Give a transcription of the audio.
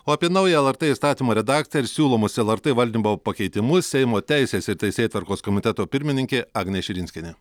o apie naują lrt įstatymo redakciją ir siūlomus lrt valdymo pakeitimus seimo teisės ir teisėtvarkos komiteto pirmininkė agnė širinskienė